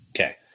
Okay